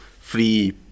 free